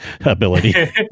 ability